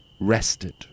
rested